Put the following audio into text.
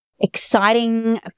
exciting